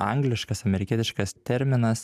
angliškas amerikietiškas terminas